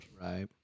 Right